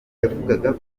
yavugaga